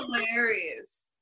hilarious